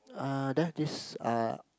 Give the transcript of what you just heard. uh there this uh